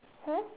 hmm